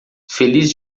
feliz